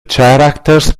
characters